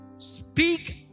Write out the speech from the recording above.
Speak